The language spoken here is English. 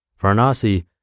Varanasi